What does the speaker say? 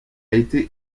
été